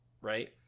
right